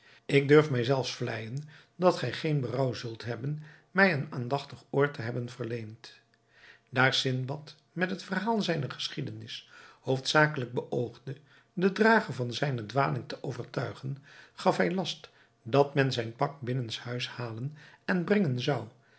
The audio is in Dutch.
ik durf mij zelfs vleijen dat gij geen berouw zult hebben mij een aandachtig oor te hebben verleend daar sindbad met het verhaal zijner geschiedenis hoofdzakelijk beoogde den drager van zijne dwaling te overtuigen gaf hij last dat men zijn pak binnenshuis halen en bergen zou